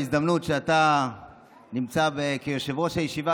בהזדמנות שאתה נמצא כיושב-ראש הישיבה,